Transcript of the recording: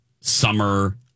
summer